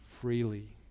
freely